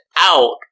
out